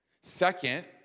Second